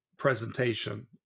Presentation